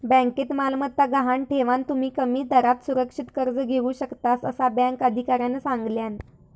बँकेत मालमत्ता गहाण ठेवान, तुम्ही कमी दरात सुरक्षित कर्ज घेऊ शकतास, असा बँक अधिकाऱ्यानं सांगल्यान